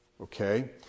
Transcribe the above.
Okay